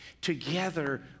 together